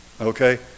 Okay